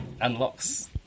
unlocks